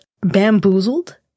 bamboozled